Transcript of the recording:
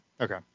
Okay